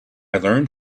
learned